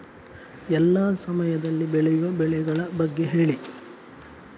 ಎಲ್ಲಾ ಸಮಯದಲ್ಲಿ ಬೆಳೆಯುವ ಬೆಳೆಗಳ ಬಗ್ಗೆ ಹೇಳಿ